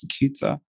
executor